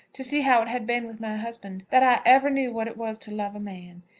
to see how it had been with my husband, that i ever knew what it was to love a man.